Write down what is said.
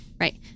Right